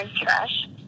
trash